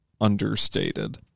understated